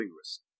risk